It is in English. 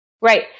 Right